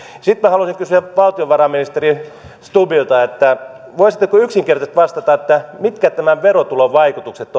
sitten haluaisin kysyä valtiovarainministeri stubbilta voisitteko yksinkertaisesti vastata mitkä tämän pakkolakipaketin vaikutukset